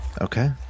Okay